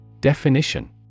Definition